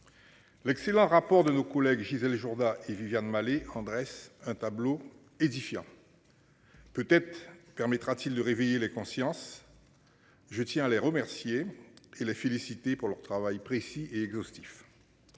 L'excellent rapport de nos collègues Gisèle Jourda et Viviane Malet en dresse un tableau édifiant. Peut-être permettra-t-il de réveiller les consciences. Je tiens à les remercier et les féliciter pour leur travail précis et exhaustifs.